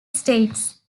states